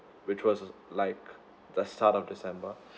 which was like the start of december